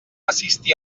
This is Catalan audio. assistir